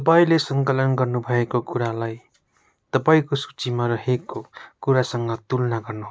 तपाईँँले सङ्कलन गर्नुभएको कुरालाई तपाईँँको सूचीमा रहेको कुरासँग तुलना गर्नुहोस्